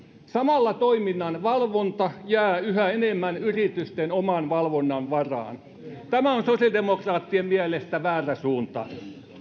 samalla toiminnan valvonta jää yhä enemmän yritysten oman valvonnan varaan tämä on sosiaalidemokraattien mielestä väärä suunta